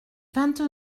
vingt